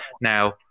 Now